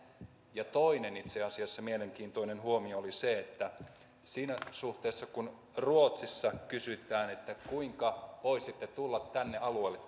ja toinen itse asiassa mielenkiintoinen huomio oli se että siinä suhteessa kun ruotsissa kysytään kuinka voisitte tulla tänne alueelle